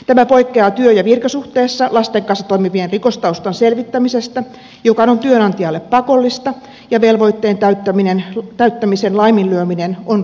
tämä poikkeaa työ ja virkasuhteessa lasten kanssa toimivien rikostaustan selvittämisestä joka on työnantajalle pakollista ja velvoitteen täyttämisen laiminlyöminen on rangaistavaa